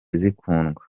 zikundwa